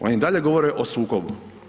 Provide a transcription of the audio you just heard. Oni i dalje govore o sukobu.